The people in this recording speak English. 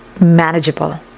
manageable